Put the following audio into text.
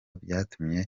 byatumye